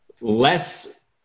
less